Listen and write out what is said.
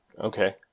Okay